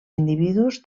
individus